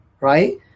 Right